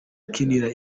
ukinira